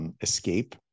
Escape